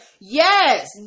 Yes